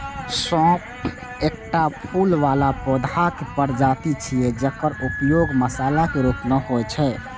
सौंफ एकटा फूल बला पौधाक प्रजाति छियै, जकर उपयोग मसालाक रूप मे होइ छै